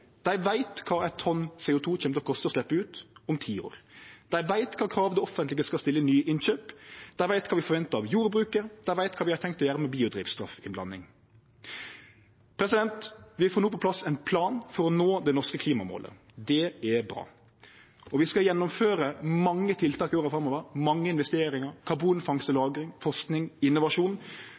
Dei veit kva eit tonn CO 2 kjem til å koste å sleppe ut om ti år. Dei veit kva krav det offentlege skal stille ved nye innkjøp. Dei veit kva vi forventar av jordbruket, dei veit kva vi har tenkt å gjere med biodrivstoff i blanding. Vi får no på plass ein plan for å nå det norske klimamålet. Det er bra. Vi skal gjennomføre mange tiltak i åra framover, mange investeringar, karbonfangst og -lagring, forsking og innovasjon.